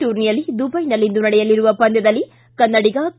ಟೂರ್ನಿಯಲ್ಲಿ ದುಬೈನಲ್ಲಿಂದು ನಡೆಯಲಿರುವ ಪಂದ್ಯದಲ್ಲಿ ಕನ್ನಡಿಗ ಕೆ